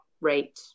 rate